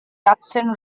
hudson